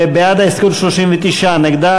נגד,